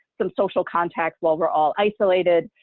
some social contact while we're all isolated,